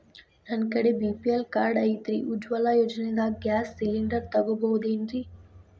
ನನ್ನ ಕಡೆ BPL card ಐತ್ರಿ, ಉಜ್ವಲಾ ಯೋಜನೆದಾಗ ಗ್ಯಾಸ್ ಸಿಲಿಂಡರ್ ತೊಗೋಬಹುದೇನ್ರಿ?